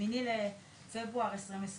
ב-8 בפברואר 2023